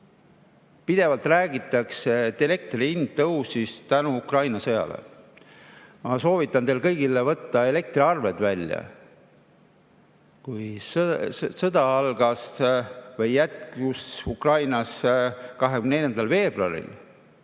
Pidevalt räägitakse, et elektri hind tõusis Ukraina sõja tõttu. Ma soovitan teil kõigil võtta elektriarved välja. Sõda algas või jätkus Ukrainas 24. veebruaril.